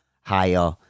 higher